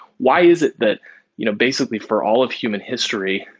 why is it that you know basically for all of human history,